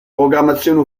programmazione